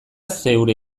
zeure